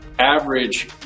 average